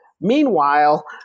Meanwhile